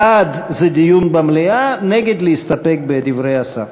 בעד זה דיון במליאה, נגד, להסתפק בדברי השר.